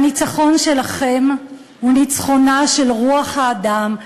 הניצחון שלכם הוא ניצחונה של רוח האדם,